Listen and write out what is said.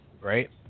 right